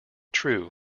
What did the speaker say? true